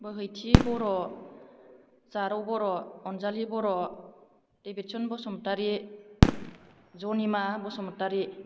बोहैथि बर' जारौ बर' अनजालि बर' देबिदशन बसुमतारी जनिमा बसुमतारी